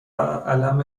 اَلَم